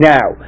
Now